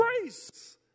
grace